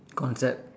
concept